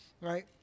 right